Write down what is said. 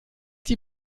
die